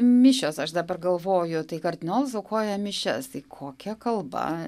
mišios aš dabar galvoju tai kardinolas aukoja mišias tai kokia kalba